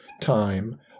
time